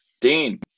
Dean